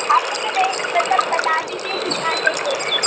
आप मुझे डरेक्ट मतलब बता दीजिए कितना चाहिए